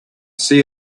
see